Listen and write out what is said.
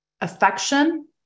affection